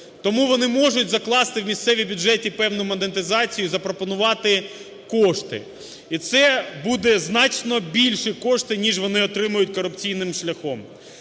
Тому вони можуть закласти в місцеві бюджети певну монетизацію і запропонувати кошти. І це будуть значно більші кошти, ніж вони отримують корупційним шляхом.